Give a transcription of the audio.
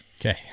Okay